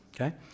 okay